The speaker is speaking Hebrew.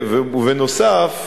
ובנוסף,